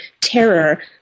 terror